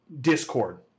Discord